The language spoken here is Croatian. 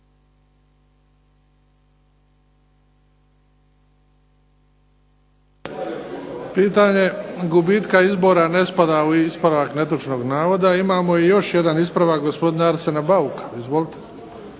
Pitanje gubitka izbora ne spada u ispravak netočnog navoda. Imamo i još jedan ispravak gospodina Arsena Bauka. Izvolite.